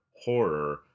horror